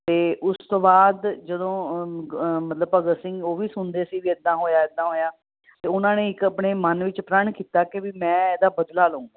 ਅਤੇ ਉਸ ਤੋਂ ਬਾਅਦ ਜਦੋਂ ਗ ਮਤਲਬ ਭਗਤ ਸਿੰਘ ਉਹ ਵੀ ਸੁਣਦੇ ਸੀ ਵੀ ਇੱਦਾਂ ਹੋਇਆ ਇੱਦਾਂ ਹੋਇਆ ਅਤੇ ਉਹਨਾਂ ਨੇ ਇੱਕ ਆਪਣੇ ਮਨ ਵਿੱਚ ਪ੍ਰਣ ਕੀਤਾ ਕਿ ਵੀ ਮੈਂ ਇਹਦਾ ਬਦਲਾ ਲਊਂਗਾ